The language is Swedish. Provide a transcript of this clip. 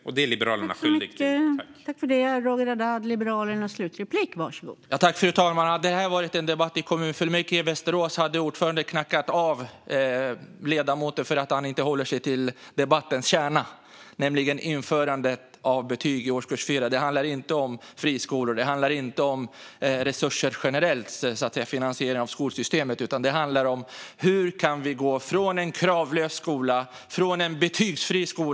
Detta är Liberalerna skyldiga till.